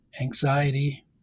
anxiety